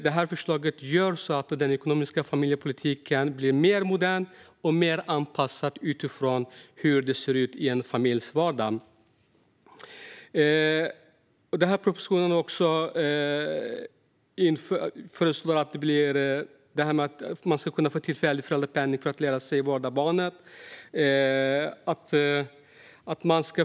Detta förslag gör att den ekonomiska familjepolitiken blir mer modern och mer anpassad utifrån hur det ser ut i en familjs vardag. I propositionen föreslås också att man ska kunna få tillfällig föräldrapenning för att lära sig vårda barnet.